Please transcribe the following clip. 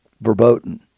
verboten